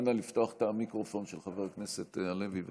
אנא לפתוח את המיקרופון של חבר הכנסת הלוי.